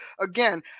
Again